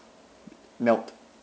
melt